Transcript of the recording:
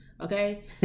Okay